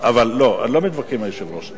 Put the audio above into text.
לא, לא מתווכחים עם היושב-ראש.